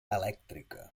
elèctrica